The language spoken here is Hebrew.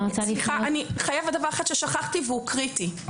אני חייבת דבר אחד ששכחתי והוא קריטי.